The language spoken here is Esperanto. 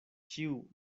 ĉiu